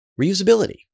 Reusability